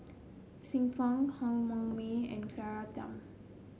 Xiu Fang Han Yong May and Claire Tham